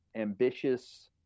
ambitious